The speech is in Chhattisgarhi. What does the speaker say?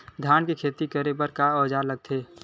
धान के खेती करे बर का औजार लगथे?